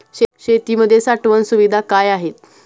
शेतीमध्ये साठवण सुविधा काय आहेत?